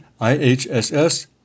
IHSS